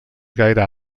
gaire